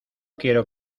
quiero